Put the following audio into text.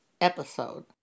episode